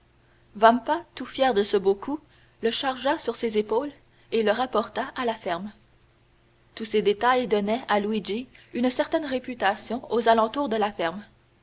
vampa tout fier de ce beau coup le chargea sur ses épaules et le rapporta à la ferme tous ces détails donnaient à luigi une certaine réputation aux alentours de la ferme